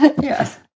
Yes